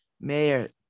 Mayor